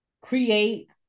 create